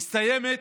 מסתיימת